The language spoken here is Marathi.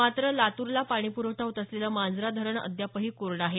मात्र लातूरला पाणी प्रवठा होत असलेलं मांजरा धरण अद्यापही कोरडं आहे